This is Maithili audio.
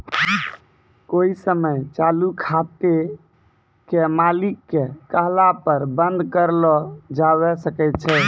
कोइ समय चालू खाते के मालिक के कहला पर बन्द कर लो जावै सकै छै